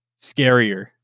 scarier